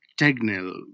Tegnell